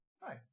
Hi